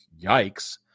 Yikes